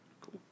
Cool